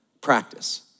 practice